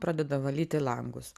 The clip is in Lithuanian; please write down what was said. pradeda valyti langus